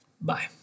Bye